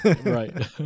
Right